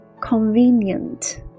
Convenient